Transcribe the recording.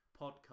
podcast